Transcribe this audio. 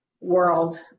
world